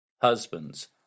Husbands